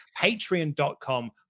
Patreon.com